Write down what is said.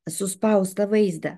suspaustą vaizdą